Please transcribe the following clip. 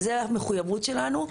זו המחויבות שלנו,